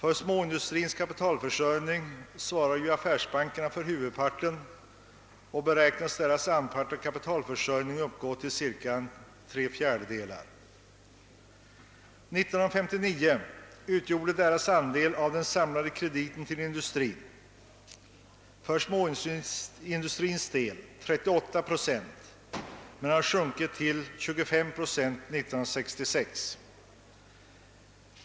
Av småindustrins kapitalförsörjning svarar affärsbankerna för huvudparten, och deras anpart av kapitalförsörjningen beräknas uppgå till cirka tre fjärdedelar. Deras andel av den samlade krediten till industrin utgjorde 1959 för småindustrins del 38 procent. 1966 hade den sjunkit till 25 procent.